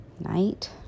night